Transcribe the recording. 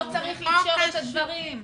לא צריך לקשור בין הדברים.